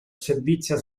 servizio